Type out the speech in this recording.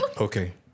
Okay